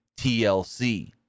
TLC